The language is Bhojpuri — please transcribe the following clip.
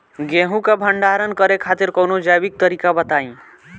गेहूँ क भंडारण करे खातिर कवनो जैविक तरीका बताईं?